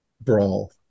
brawl